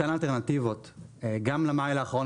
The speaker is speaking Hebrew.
מתן אלטרנטיבות גם --- האחרון,